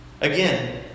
Again